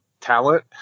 talent